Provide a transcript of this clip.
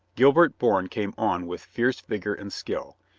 gilbert bourne came on with fierce vigor and skill.